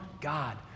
God